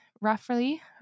roughly